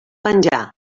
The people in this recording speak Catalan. penjar